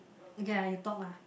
okay ah you talk ah